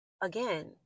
again